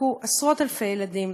שבדקו עשרות אלפי ילדים.